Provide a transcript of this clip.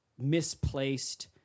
misplaced